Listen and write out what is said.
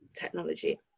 technology